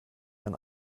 ein